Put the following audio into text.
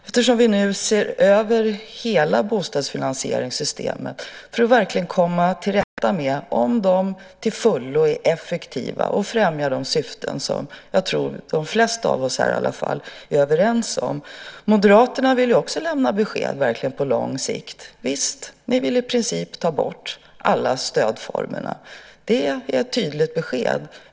Vi ser nu över hela bostadsfinansieringssystemet för att verkligen komma till rätta med det och se om det till fullo är effektivt och främjar de syften som jag tror de flesta av oss här är överens om. Moderaterna vill också lämna besked på lång sikt. Ni vill i princip ta bort alla stödformerna. Det är ett tydligt besked.